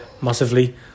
massively